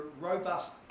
robust